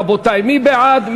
רבותי, מי בעד?